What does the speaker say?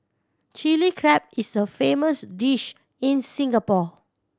Chilli Crab is a famous dish in Singapore